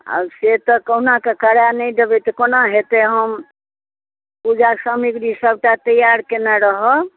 आब से तऽ कहुना कऽ करै नहि दबै तऽ कोना हेतै हम पूजा के सामिग्री सभटा तैयार कयने रहब